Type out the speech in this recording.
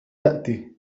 تأتي